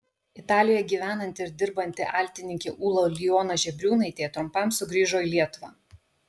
italijoje gyvenanti ir dirbanti altininkė ūla ulijona žebriūnaitė trumpam sugrįžo į lietuvą